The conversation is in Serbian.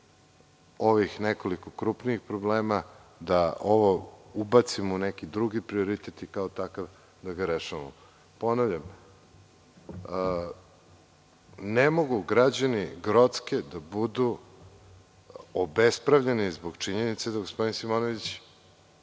ovim nekoliko krupnijih problema, da ovo ubacimo u neki drugi prioritet i kao takav da ga rešavamo. Ponavljam, ne mogu građani Grocke da budu obespravljeni zbog činjenice da gospodin Simonović